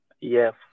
Yes